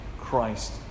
Christ